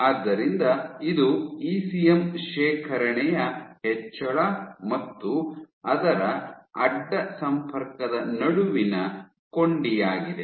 ಆದ್ದರಿಂದ ಇದು ಇಸಿಎಂ ಶೇಖರಣೆಯ ಹೆಚ್ಚಳ ಮತ್ತು ಅದರ ಅಡ್ಡ ಸಂಪರ್ಕದ ನಡುವಿನ ಕೊಂಡಿಯಾಗಿದೆ